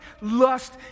lust